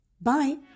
Bye